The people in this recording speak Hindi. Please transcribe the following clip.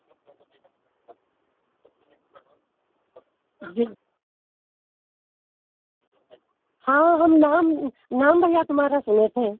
जी हाँ हम नाम नाम भैया तुम्हारा सुने थे